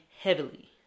heavily